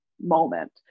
moment